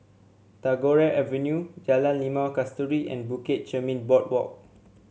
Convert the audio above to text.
Tagore Avenue Jalan Limau Kasturi and Bukit Chermin Boardwalk